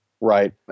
right